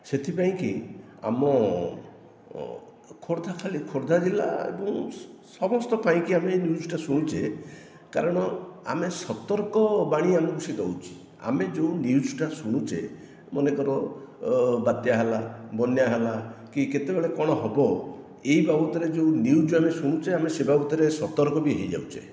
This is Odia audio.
ସେଥି ପାଇଁକି ଆମ ଖୋର୍ଦ୍ଧା ଖାଲି ଖୋର୍ଦ୍ଧା ଜିଲ୍ଲା ଏବଂ ସମସ୍ତ ପାଇଁକି ଆମେ ନିୟୁଜଟା ଶୁଣୁଛେ କାରଣ ଆମେ ସତର୍କବାଣୀ ଆମକୁ ସେ ଦେଉଛି ଆମେ ଯେଉଁ ନିୟୁଜଟା ଶୁଣୁଛେ ମନେ କର ବାତ୍ୟା ହେଲା ବନ୍ୟା ହେଲା କି କେତେବେଳେ କଣ ହେବ ଏହି ବାବଦରେ ଯେଉଁ ନିୟୁଜ ଆମେ ଶୁଣୁଛେ ଆମେ ସେହି ବାବଦରେ ଆମେ ସତର୍କ ବି ହୋଇ ଯାଉଛେ